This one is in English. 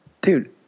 dude